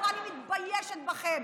אמרה: אני מתביישת בכם,